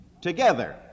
together